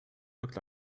looked